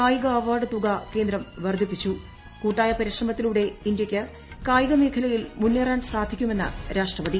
രാജ്യം അവാർഡ് തുക കേന്ദ്രം വർദ്ധിപ്പിച്ചു കൂട്ടായ പരിശ്രമത്തി ലൂടെ ഇന്തൃക്ക് കായിക മേഖലയിൽ മുന്നേറാൻ സാധിക്കു മെന്നു രാഷ്ടപതി